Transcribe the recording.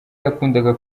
yakundaga